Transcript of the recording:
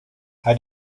how